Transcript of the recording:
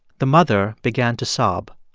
the mother began to sob.